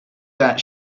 that